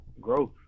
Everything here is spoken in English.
Growth